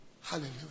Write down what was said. Hallelujah